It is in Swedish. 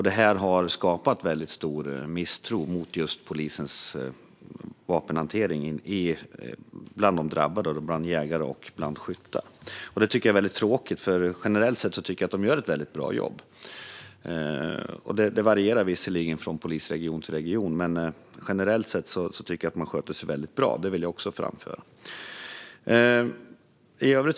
Detta har skapat stor misstro mot polisens vapenhantering bland drabbade jägare och skyttar. Det är tråkigt eftersom polisen generellt sett gör ett bra jobb. Det varierar visserligen mellan polisregionerna, men generellt sett sköter man sig bra, vilket jag också vill framföra.